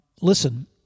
listen